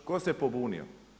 Tko se pobunio?